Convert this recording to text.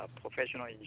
professional